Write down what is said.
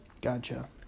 Gotcha